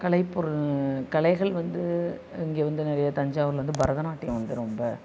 கலைப்பொருள் கலைகள் வந்து இங்கே வந்து நிறைய தஞ்சாவூரில் வந்து பரதநாட்டியம் வந்து ரொம்ப